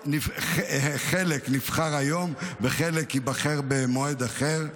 חלק נבחר היום, וחלק ייבחר במועד אחר.